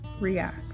react